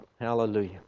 Hallelujah